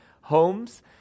homes